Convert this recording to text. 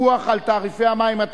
פיקוח על תעריפי מים),